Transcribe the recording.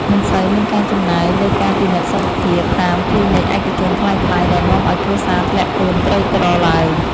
មិនសូវមានការចំណាយលើការពិនិត្យសុខភាពតាមគ្លីនិកឯកជនថ្លៃៗដែលនាំឱ្យគ្រួសារធ្លាក់ខ្លួនក្រីក្រឡើយ។